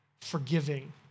forgiving